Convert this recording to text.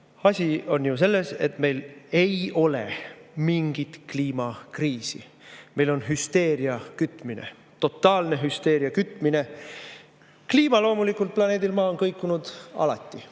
Asi on ju selles, et meil ei ole mingit kliimakriisi. Meil on hüsteeria kütmine, totaalne hüsteeria kütmine. Kliima loomulikult planeedil Maa on kõikunud alati.